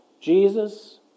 Jesus